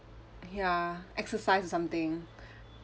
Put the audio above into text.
ya exercise or something